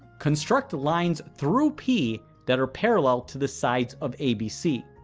construct lines through p that are parallel to the sides of abc.